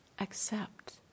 accept